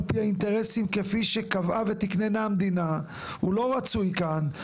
ולא על פי האינטרסים לפי שקבעה ותקננה המדינה הוא לא רצוי כאן,